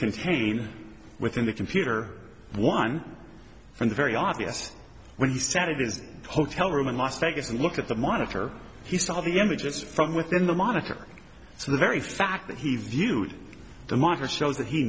contained within the computer one from the very obvious when he said it is hotel room in las vegas and look at the monitor he saw the images from within the monitor so the very fact that he viewed the matter shows that he